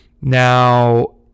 Now